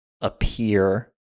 appear